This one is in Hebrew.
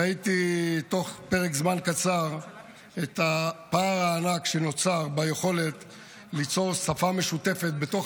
ראיתי תוך פרק זמן קצר את הפער הענק שנוצר ביכולת ליצור שפה משותפת בתוך